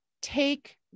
take